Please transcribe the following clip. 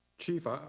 chief, ah